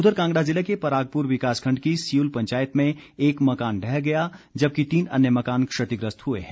उधर कांगड़ा जिला के परागपुर विकास खण्ड की सियुल पंचायत में एक मकान ढह गया जबकि तीन अन्य मकान क्षतिग्रस्त हुए हैं